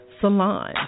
Salon